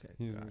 okay